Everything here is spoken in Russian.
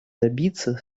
добиться